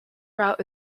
route